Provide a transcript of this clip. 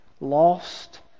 lost